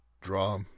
draw